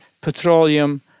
petroleum